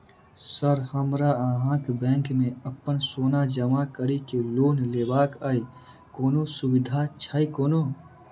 Sir हमरा अहाँक bank मे अप्पन सोना जमा करि केँ लोन लेबाक अई कोनो सुविधा छैय कोनो?